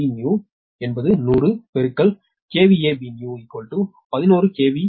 Bnew 11 KV K